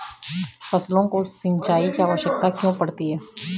फसलों को सिंचाई की आवश्यकता क्यों पड़ती है?